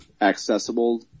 accessible